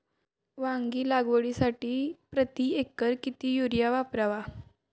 वांगी लागवडीसाठी प्रति एकर किती युरिया वापरावा?